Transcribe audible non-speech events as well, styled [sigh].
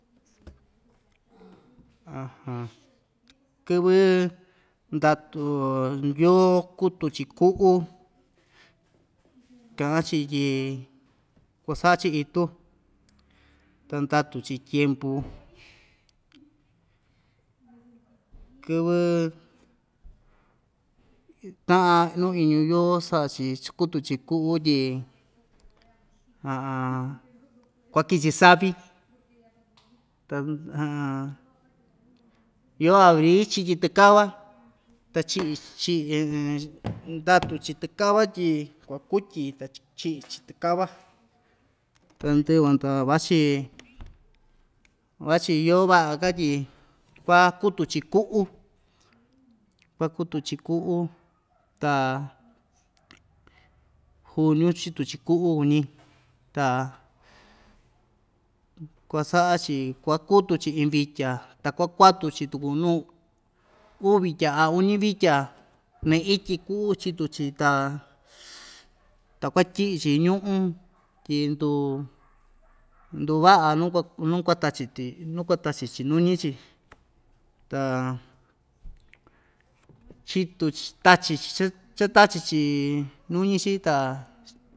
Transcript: [noise] [hesitation] kɨvɨ ndatu ndyoo kutu‑chi ku'u ka'an‑chi tyi kuasa'a‑chi itu ta ndatu‑chi tyempu kɨvɨ ta'an nuu iñu yoo sa'a‑chi chikutu‑chi ku'u tyi [hesitation] kuakichi savi ta [hesitation] yoo abri chityi tɨkava ta chi'i chi'i [hesitation] [noise] ndatu‑chi tɨkava tyi kuakutyi ta [unintelligible] chi'i‑chi tɨkava ta ndɨ'ɨ van ta vachi vachi yoo va'a‑ka tyi kuakutu‑chi ku'u kuakutu‑chi ku'u ta juniu chitu‑chi ku'u kuñi ta kuasa'a‑chi kuakutu‑chi iin vitya ta kuakuatu‑chi tuku nu uu vitya a uñi vitya naityi ku'u chitu‑chi ta ta kuatyi'i‑chi ñu'ú tyi ndu nduva'a nu kuak nuu kuatachi‑ti nuu kuatachi‑chi nuñi‑chi ta chitu‑chi tachi‑chi [unintelligible] chatachi‑chi nuñi‑chi ta.